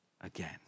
again